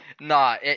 Nah